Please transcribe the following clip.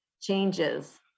changes